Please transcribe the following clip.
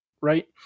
right